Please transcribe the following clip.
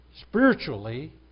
spiritually